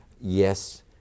Yes